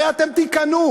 הרי אתם תיכנעו.